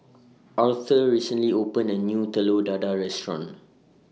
Aurthur recently opened A New Telur Dadah Restaurant